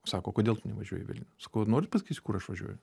sako o kodėl tu nevažiuoji į vilnių sakau norit pasakysiu kur aš važiuoju